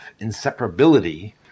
inseparability